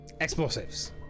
Explosives